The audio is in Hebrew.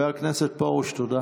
נגד